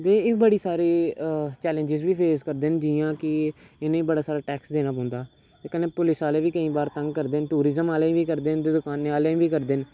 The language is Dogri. ते एह् बड़ी सारी चैलेंज बी फेस करदे न जियां कि इ'नें गी बड़ा सारा टैक्स देना पौंदा ते कन्नै पुलिस आह्ले बी केईं बार तंग करदे न टूरिज्म आह्ली बी करदे न दकाने आह्ले बी करदे न